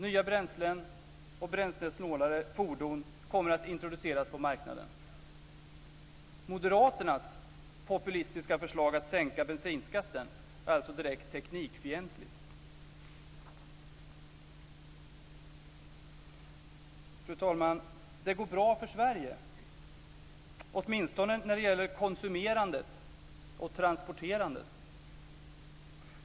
Nya bränslen och bränslesnålare fordon kommer att introduceras på marknaden. Moderaternas populistiska förslag att sänka bensinskatten är alltså direkt teknikfientligt. Fru talman! Det går bra för Sverige, åtminstone när det gäller konsumerandet och transporterandet.